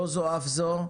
לא זו אף זו,